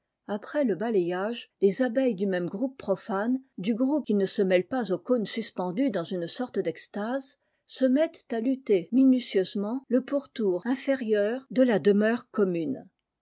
après le balayage les abeilles du même groupe profane du groupe qui ne se mêle pas au cône suspendu dans une sorte d'extase se mettent à luter minutieusement le pourtour inférieur de la demeure commune